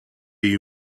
you